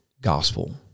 gospel